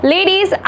Ladies